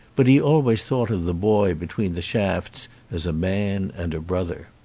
but he always thought of the boy between the shafts as a man and a brother.